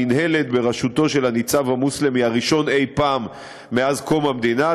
מינהלת בראשותו של הניצב המוסלמי הראשון אי-פעם מאז קום המדינה,